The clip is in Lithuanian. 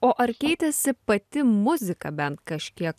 o ar keitėsi pati muzika bent kažkiek